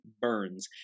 burns